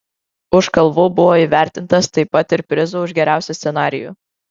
už kalvų buvo įvertintas taip pat ir prizu už geriausią scenarijų